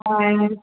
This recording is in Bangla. হ্যাঁ